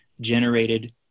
generated